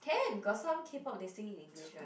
can got some K-pop they sing in English [one]